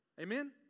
amen